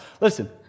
Listen